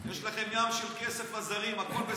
יש לכם ים של כסף לזרים, הכול בסדר.